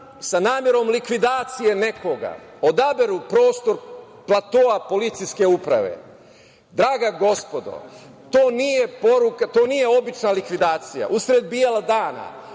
sa namerom likvidacije nekoga, odaberu prostor platoa policijske uprave, draga gospodo, to nije poruka, to nije obična likvidacija usred bijela dana,